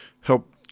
help